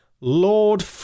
Lord